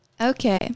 Okay